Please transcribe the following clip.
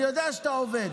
אני יודע שאתה עובד,